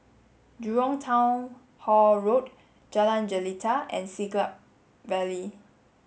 Jurong Town Hall Road Jalan Jelita and Siglap Valley